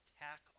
attack